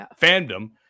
fandom